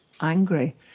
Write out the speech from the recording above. angry